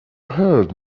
heard